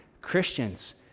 Christians